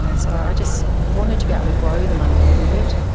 so i just wanted to be able to grow the money a little bit,